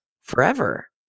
forever